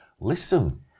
listen